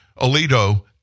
Alito